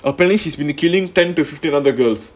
apparently he's been killing ten to fifteen other girls